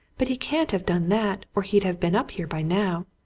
but he can't have done that, or he'd have been up here by now.